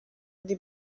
des